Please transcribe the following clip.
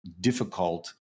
difficult